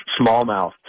smallmouth